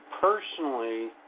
personally